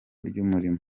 ry’umurimo